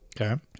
Okay